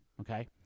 Okay